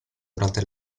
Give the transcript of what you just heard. durante